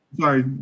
Sorry